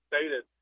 stated